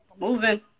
Moving